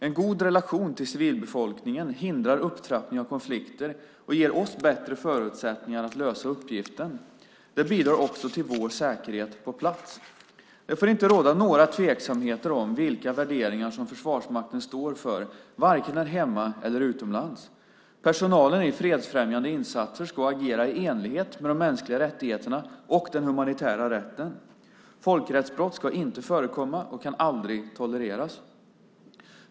En god relation till civilbefolkningen hindrar upptrappning av konflikter och ger oss bättre förutsättningar att lösa uppgiften. Det bidrar också till vår säkerhet på plats. Det får inte råda några tveksamheter om vilka värderingar som Försvarsmakten står för, varken här hemma eller utomlands. Personalen i fredsfrämjande insatser ska agera i enlighet med de mänskliga rättigheterna och den humanitära rätten. Folkrättsbrott ska inte förekomma och kan aldrig tolereras.